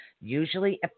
usually